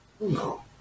No